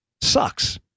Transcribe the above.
sucks